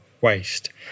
waste